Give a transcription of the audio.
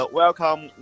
welcome